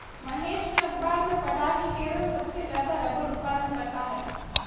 महेश ने अखबार में पढ़ा की केरल सबसे ज्यादा रबड़ उत्पादन करता है